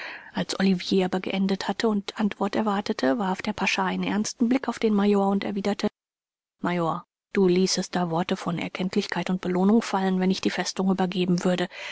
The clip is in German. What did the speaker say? als olivier aber geendet hatte und antwort erwartete warf der pascha einen ernsten blick auf den major und erwiderte major du ließest da worte von erkenntlichkeit und belohnung fallen wenn ich die festung übergeben würde